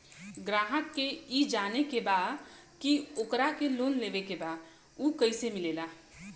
ग्राहक के ई जाने के बा की ओकरा के लोन लेवे के बा ऊ कैसे मिलेला?